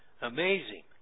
Amazing